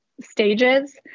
stages